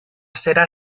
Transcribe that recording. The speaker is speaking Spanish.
será